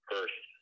Earth